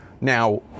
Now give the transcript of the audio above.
Now